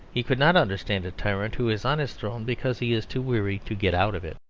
he could not understand a tyrant who is on his throne because he is too weary to get out of it.